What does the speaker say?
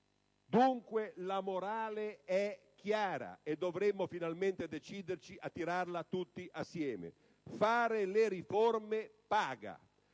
dunque è chiara, e dovremmo finalmente deciderci a tirarla tutti assieme: fare le riforme paga;